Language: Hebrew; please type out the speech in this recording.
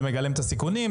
זה מגלם את הסיכונים,